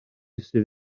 sydd